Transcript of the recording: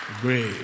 Great